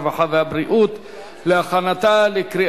הרווחה והבריאות נתקבלה.